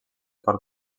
cor